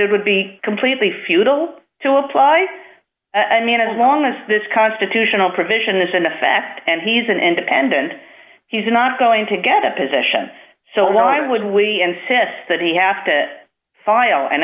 it would be completely futile to apply i mean as long as this constitutional provision is in effect and he's an independent he's not going to get a position so why would we insist that he have to file an